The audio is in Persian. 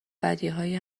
بدیهایی